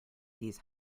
these